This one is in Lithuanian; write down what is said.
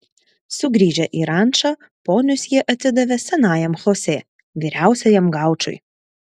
sugrįžę į rančą ponius jie atidavė senajam chosė vyriausiajam gaučui